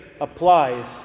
applies